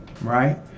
Right